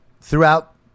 throughout